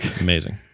Amazing